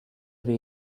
way